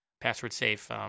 password-safe